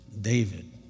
David